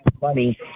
Money